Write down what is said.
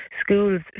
schools